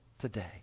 today